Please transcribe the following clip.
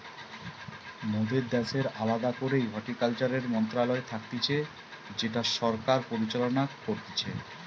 মোদের দ্যাশের আলদা করেই হর্টিকালচারের মন্ত্রণালয় থাকতিছে যেটা সরকার পরিচালনা করতিছে